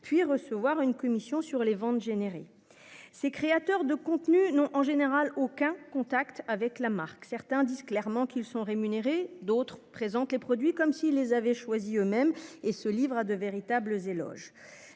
puis recevoir une commission sur les ventes générées. Ses créateurs de contenus. Non en général aucun contact avec la marque. Certains disent clairement qu'ils sont rémunérés, d'autres présentent les produits comme s'il les avait choisi eux-mêmes et se livrent à de véritables éloges,